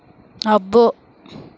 ఆ ప్రశ్నలో ఏమి మిగిలి ఉందో నాకు చెప్పు